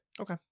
Okay